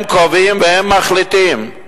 הם קובעים והם מחליטים.